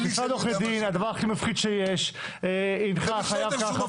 משרד עורכי דין זה הדבר הכי מפחיד שיש - הנך חייב ככה,